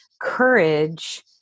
courage